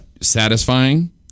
Satisfying